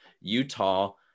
utah